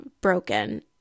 broken